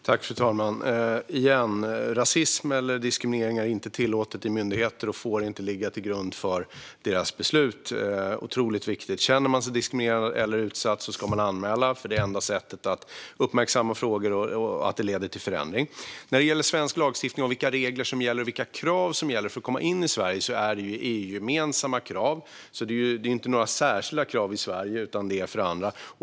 Fru talman! Återigen - rasism eller diskriminering är inte tillåtet vid myndigheter och får inte ligga till grund för deras beslut. Det är otroligt viktigt. Känner man sig diskriminerad eller utsatt ska man anmäla, för det är det enda sättet att uppmärksamma frågor och få till stånd en förändring. När det gäller svensk lagstiftning och vilka regler och krav som gäller för att komma in i Sverige är det EU-gemensamma krav. Det är alltså inte några särskilda krav i Sverige, utan de gäller alla.